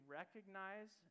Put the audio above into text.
recognize